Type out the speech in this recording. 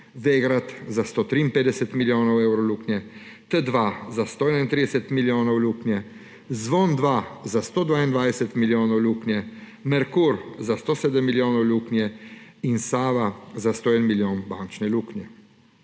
Vegrad za 153 milijonov evrov luknje, T2 za 131 milijonov luknje, Zvon Dva za 122 milijonov luknje, Merkur za 107 milijonov luknje in Sava za 101 milijon bančne luknje.